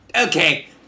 Okay